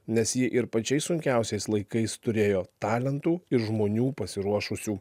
nes ji ir pačiais sunkiausiais laikais turėjo talentų ir žmonių pasiruošusių